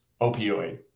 opioid